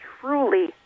truly